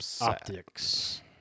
Optics